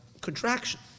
contraction